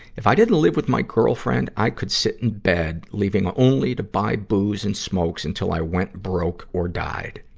if i didn't live with my girlfriend, i could sit in bed, leaving only to buy booze and smokes until i went broke or died.